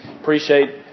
appreciate